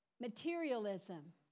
Materialism